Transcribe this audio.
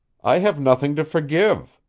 i have nothing to forgive,